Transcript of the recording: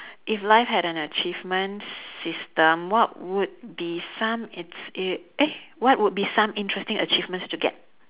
if life had an achievement system what would be some eh what would be some interesting achievements to get